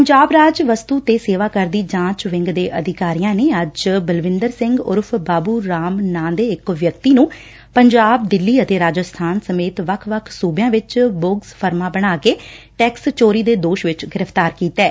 ਪੰਜਾਬ ਰਾਜ ਵਸਤੂ ਤੇ ਸੇਵਾ ਕਰ ਦੀ ਜਾਂਚ ਵਿੰਗ ਦੇ ਅਧਿਕਾਰੀਆਂ ਨੇ ਅੱਜ ਬਲਵਿੰਦਰ ਸਿੰਘ ਉਰਫ਼ ਬਾਬੂ ਰਾਮ ਨਾਮ ਦੇ ਇਕ ਵਿਅਕਤੀ ਨੂੰ ਪੰਜਾਬ ਦਿੱਲੀ ਅਤੇ ਰਾਜਸਥਾਨ ਸਮੇਤ ਵੱਖ ਵੱਖ ਸੂਬਿਆਂ ਵਿਚ ਬੋਗਸ ਫਰਮਾਂ ਬਣਾ ਕੇ ਟੈਕਸ ਚੋਰੀ ਦੇ ਦੋਸ਼ ਵਿਚ ਗ੍ਰਿਫ਼ਤਾਰ ਕੀਤੈ